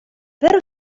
пур